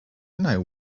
know